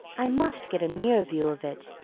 i must get a near view of it.